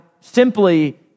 simply